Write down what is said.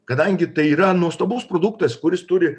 kadangi tai yra nuostabus produktas kuris turi